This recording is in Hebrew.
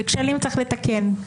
וכשלים צריך לתקן.